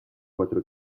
cuatro